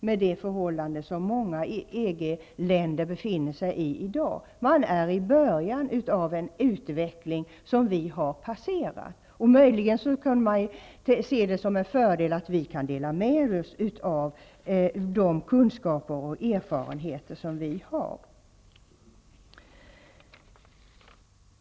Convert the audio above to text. Man är i början av en utveckling som vi har passerat. Möjligen kunde man se det som en fördel att vi kan dela med oss av de kunskaper och erfarenheter som vi har.